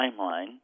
timeline